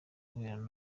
kubera